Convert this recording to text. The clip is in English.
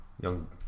Young